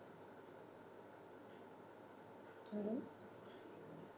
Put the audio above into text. mmhmm